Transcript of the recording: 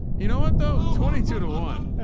you know what though? twenty two to one,